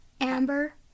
Amber